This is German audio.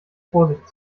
vorsicht